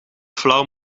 flauw